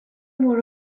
more